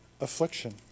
affliction